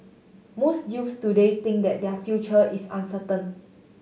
most youths today think that their future is uncertain